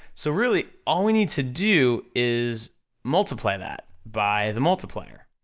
so really all we need to do is multiply that by the multiplier,